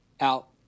out